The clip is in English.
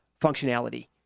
functionality